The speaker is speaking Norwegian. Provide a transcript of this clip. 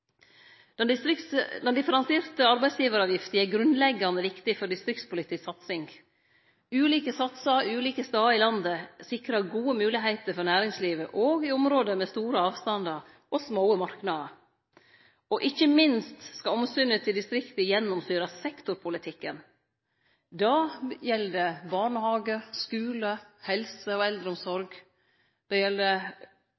Den differensierte arbeidsgivaravgifta er grunnleggjande viktig for distriktspolitisk satsing. Ulike satsar ulike stader i landet sikrar gode moglegheiter for næringslivet òg i område med store avstandar og små marknader. Og ikkje minst skal omsynet til distrikta gjennomsyre sektorpolitikken. Då gjeld det barnehagar, skular, helse og eldreomsorg. Det gjeld tryggleik for helse og